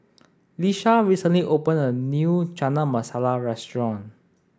Lisha recently opened a new Chana Masala restaurant